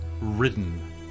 ridden